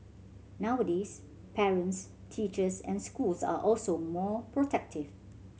nowadays parents teachers and schools are also more protective